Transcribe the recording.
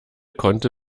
konnte